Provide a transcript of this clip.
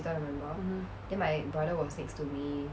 mmhmm